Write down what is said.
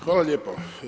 Hvala lijepo.